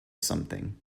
something